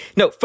no